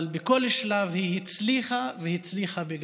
אבל בכל שלב היא הצליחה, והצליחה בגדול.